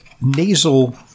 nasal